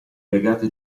regate